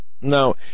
now